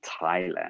Thailand